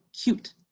cute